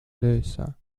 lösa